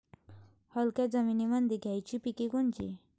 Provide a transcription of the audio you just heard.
हलक्या जमीनीमंदी घ्यायची पिके कोनची?